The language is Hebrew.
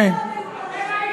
אז איפה,